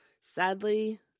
sadly